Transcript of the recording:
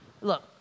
Look